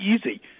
easy